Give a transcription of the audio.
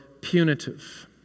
punitive